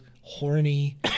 horny